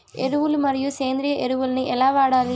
ఎరువులు మరియు సేంద్రియ ఎరువులని ఎలా వాడాలి?